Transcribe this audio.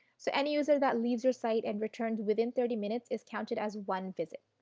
so, any user that leaves your site and returns within thirty minutes is counted as one visit.